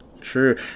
True